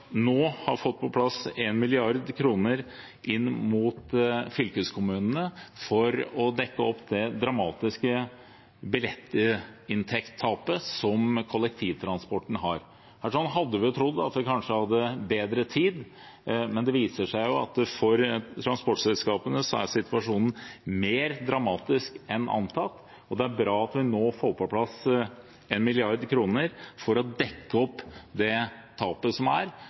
nå også har fått på plass 1 mrd. kr til fylkeskommunene for å dekke opp for det dramatiske billettinntektstapet som kollektivtransporten har. Her hadde vi trodd at vi kanskje hadde bedre tid, men det viser seg at for transportselskapene er situasjonen mer dramatisk enn antatt, og det er bra at vi nå får på plass 1 mrd. kr for å dekke opp for tapet. Vi er